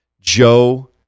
Joe